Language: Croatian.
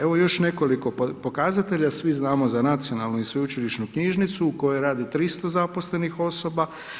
Evo još nekoliko pokazatelja, svi znamo za Nacionalnu i sveučilišnu knjižnicu, u kojoj radi 300 zaposlenih osoba.